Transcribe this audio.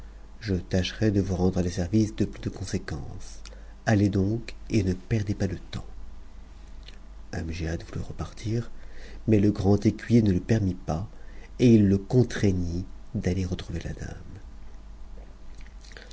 je tâcherai de vous rendre des services de plus je conséquence allez donc et ne perdez pas de temps a amgiad voulut r artir mais le grand écuyerne le permit pas et il le contraignit d'atter n'fmuvcr la dame